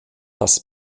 das